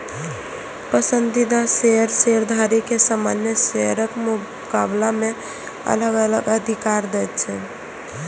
पसंदीदा शेयर शेयरधारक कें सामान्य शेयरक मुकाबला मे अलग अलग अधिकार दै छै